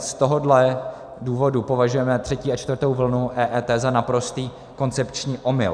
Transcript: Z tohohle důvodu považujeme třetí a čtvrtou vlnu EET za naprostý koncepční omyl.